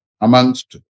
amongst